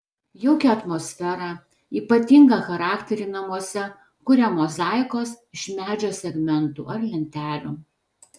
jaukią atmosferą ypatingą charakterį namuose kuria mozaikos iš medžio segmentų ar lentelių